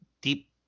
deep